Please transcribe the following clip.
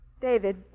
David